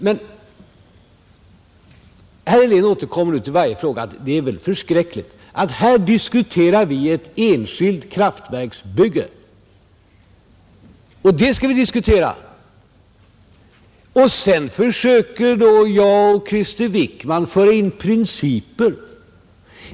Men herr Helén återkommer nu i varje fråga till detta: Det är väl förskräckligt att här diskuterar vi ett enskilt kraftverksbygge, och sedan försöker då jag och Krister Wickman föra in principer.